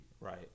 right